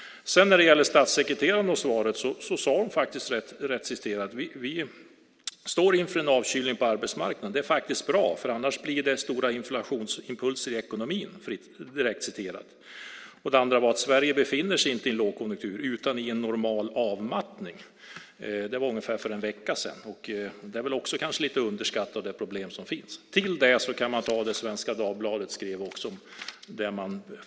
När det gäller statssekreteraren och svaret sade hon faktiskt, rätt citerat: "Vi står inför en avkylning på arbetsmarknaden. Det är faktiskt bra för annars blir det för stora inflationsimpulser i ekonomin." Det är direkt citerat. Det andra var: Sverige befinner sig inte i en lågkonjunktur utan i en normal avmattning. Det var för ungefär en vecka sedan. Det problem som finns är kanske också lite underskattat. Till det kan man ta det som Svenska Dagbladet skrev.